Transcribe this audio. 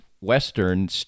western